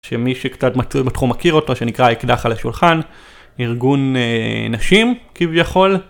שמי שקצת מצוי בתחום מכיר אותו, שנקרא אקדח על השולחן, ארגון נשים, כביכול.